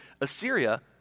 Assyria